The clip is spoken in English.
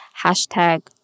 hashtag